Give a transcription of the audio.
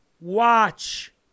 Watch